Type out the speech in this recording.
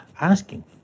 asking